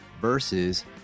Versus